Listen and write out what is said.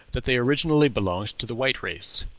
that they originally belonged to the white race.